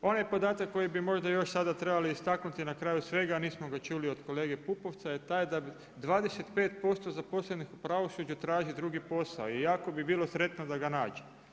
Onaj podatak koji bi možda još sada trebali istaknuto na kraju svega, a nismo ga čuli od kolege Pupovca je taj da 25% zaposlenih u pravosuđu traži drugi posao i jako bi bilo sretno da ga nađe.